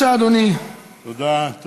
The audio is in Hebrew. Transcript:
משמעותי, אנחנו עם 49 מול אפס.